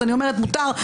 אז אני אומרת שמותר,